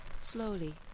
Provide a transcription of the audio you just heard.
slowly